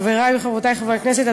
חברי וחברותי חברי הכנסת,